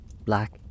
Black